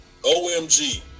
OMG